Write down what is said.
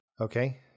Okay